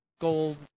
gold